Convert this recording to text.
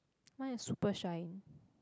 mine is super shine